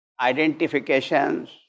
identifications